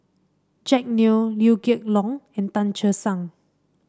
Jack Neo Liew Geok Leong and Tan Che Sang